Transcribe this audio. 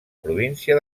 província